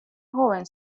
joven